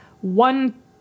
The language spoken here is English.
one